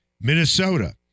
Minnesota